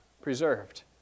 preserved